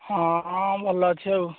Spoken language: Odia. ହଁ ଭଲ ଅଛି ଆଉ